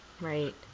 Right